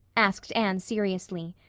asked anne seriously.